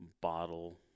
bottle